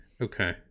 okay